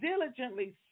diligently